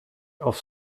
aufs